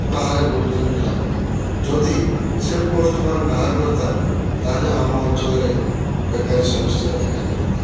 ବାହାରେ ବୁଲୁଚନ୍ ପିଲାମାନେ ଯଦି ସେ ପୋଷ୍ଟ୍ମାନେ ବାହାର୍ କର୍ତା ତାହେଲେ ଆମ ଅଞ୍ଚଳରେ ବେକାରୀ ସମସ୍ୟା ଦେଖା ନାଇଁ ଦେତା